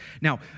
Now